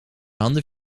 handen